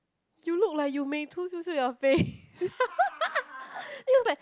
you look like you may meitu your face then he was like